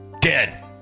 Dead